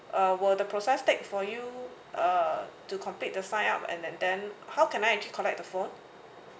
uh will the process take for you uh to complete the sign up and and then how can I actually collect the phone